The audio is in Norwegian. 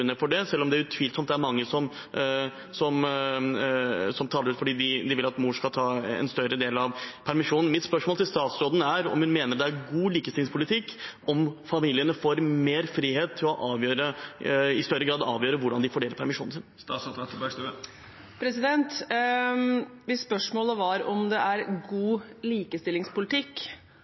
for det, selv om det utvilsomt er mange som tar det ut fordi de vil at mor skal ta en større del av permisjonen. Mitt spørsmål til statsråden er om hun mener det er god likestillingspolitikk om familiene får mer frihet til i større grad å avgjøre hvordan de fordeler permisjonen sin. Hvis spørsmålet var om det er god likestillingspolitikk